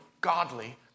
godly